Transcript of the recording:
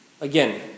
Again